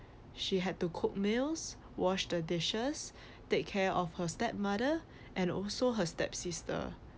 she had to cook meals wash the dishes take care of her stepmother and also her stepsister